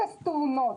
0 תאונות.